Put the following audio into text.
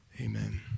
amen